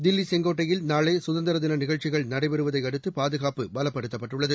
தில்விசெங்கோட்டையில்நாளைசுதந்திரதினநிகழச்சிகள் நடைபெறுதையடுத்துபாதுகாப்பு பலப்படுத்தப்பட்டுள்ளது